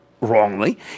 wrongly